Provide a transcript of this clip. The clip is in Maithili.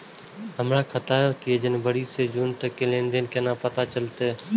हमर खाता के जनवरी से जून तक के लेन देन केना पता चलते?